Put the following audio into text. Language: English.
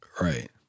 Right